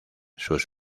sus